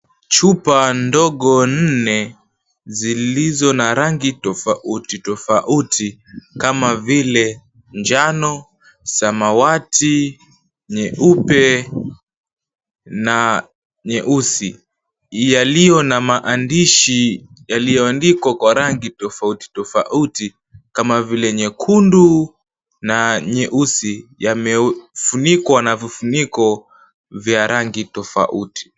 Chupa ndogo nne, zilizo na rangi tofautitofauti kama vile njano, samawati, nyeupe, na nyeusi, yaliyo na maandishi yaliyoandikwa kwa rangi tofauti tofauti kama vile nyekundu na nyeusi yamefunikwa na vifuniko vya rangi tofauti.